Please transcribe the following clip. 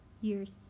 years